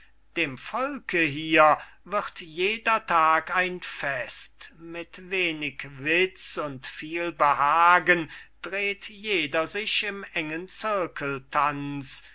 dem volke hier wird jeder tag ein fest mit wenig witz und viel behagen dreht jeder sich im engen